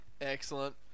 Excellent